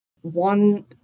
one